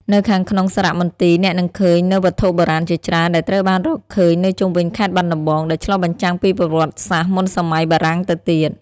នៅខាងក្នុងសារមន្ទីរ អ្នកនឹងឃើញនូវវត្ថុបុរាណជាច្រើនដែលត្រូវបានរកឃើញនៅជុំវិញខេត្តបាត់ដំបង ដែលឆ្លុះបញ្ចាំងពីប្រវត្តិសាស្ត្រមុនសម័យបារាំងទៅទៀត។